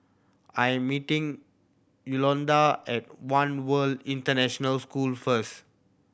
I am meeting Yolonda at One World International School first